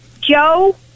Joe